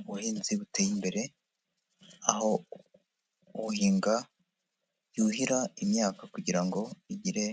Ubuhinzi buteye imbere, aho uhinga yuhira imyaka kugira ngo igire